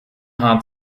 hart